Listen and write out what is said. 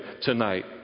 tonight